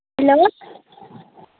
hello